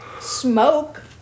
Smoke